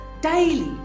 daily